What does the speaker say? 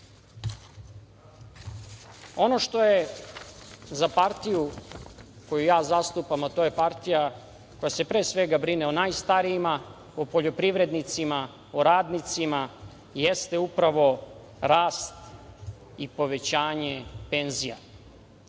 što je za partiju koju ja zastupam, a to je partija koja se pre svega brine o najstarijima, o poljoprivrednicima, o radnicima jeste upravo rast i povećanje penzija